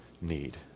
need